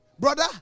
Brother